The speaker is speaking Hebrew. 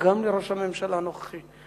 גם לראש הממשלה הנוכחי,